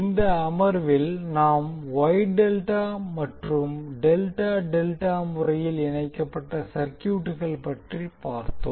இந்த அமர்வில் நாம் வொய் டெல்டா மற்றும் டெல்டா டெல்டா முறையில் இணைக்கப்பட்ட சர்க்யூட்கள் பற்றி பார்த்தோம்